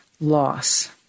loss